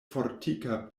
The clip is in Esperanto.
fortika